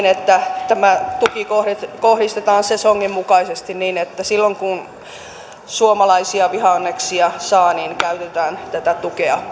että tämä tuki kohdistetaan sesongin mukaisesti niin että silloin kun suomalaisia vihanneksia saa käytetään tätä tukea